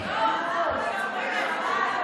מתי היא ביקשה את זה?